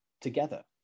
together